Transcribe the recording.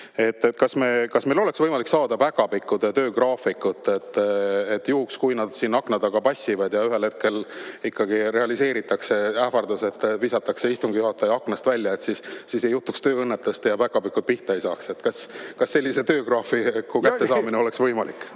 Kas meil oleks võimalik saada päkapikkude töögraafikut juhuks, kui nad siin akna taga passivad ja ühel hetkel ikkagi realiseeritakse ähvardus, et visatakse istungi juhataja aknast välja? Siis ei juhtuks tööõnnetust ja päkapikud ei saaks pihta. Kas sellise töögraafiku kättesaamine oleks võimalik?